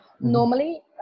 normally